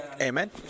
Amen